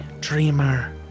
dreamer